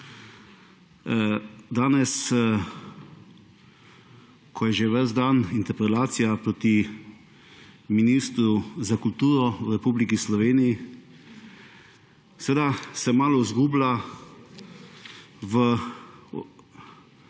Danes, ko poteka že ves dan interpelacija proti ministru za kulturo v Republiki Sloveniji, se malo izgublja v